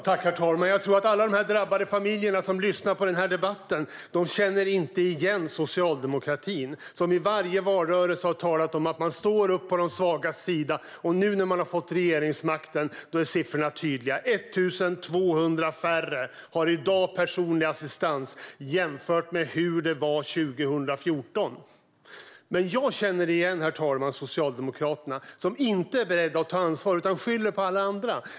Herr talman! Jag tror att ingen av de här drabbade familjerna som lyssnar på debatten känner igen socialdemokratin. I varje valrörelse har man talat om att man står på de svagas sida, men nu när man har fått regeringsmakten är siffrorna tydliga. 1 200 färre har i dag personlig assistans jämfört med hur det var 2014. Men jag, herr talman, känner igen Socialdemokraterna. Man är inte beredd att ta ansvar utan skyller på alla andra.